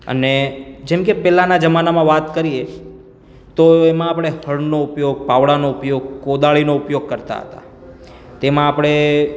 અને જેમકે પહેલાંના જમાનામાં વાત કરીએ તો એમાં આપણે હળનો ઉપયોગ પાવડાનો ઉપયોગ કોદાળીનો ઉપયોગ કરતા હતા તેમાં આપણે